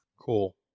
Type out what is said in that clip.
cool